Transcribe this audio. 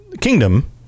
kingdom